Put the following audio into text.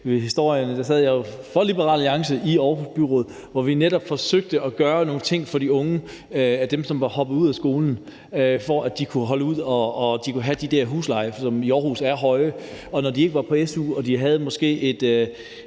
have været, sad for Liberal Alliance i Aarhus Byråd, hvor vi netop forsøgte at gøre nogle ting for de unge, som var hoppet ud af skolen, for at de kunne holde ud at have de der huslejer, som i Aarhus er høje. For når de ikke var på su og de måske havde et